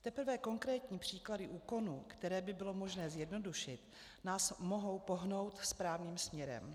Teprve konkrétní příklady úkonů, které by bylo možné zjednodušit, nás mohou pohnout správným směrem.